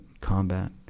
combat